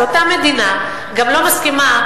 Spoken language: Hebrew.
שאותה מדינה גם לא מסכימה,